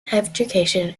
education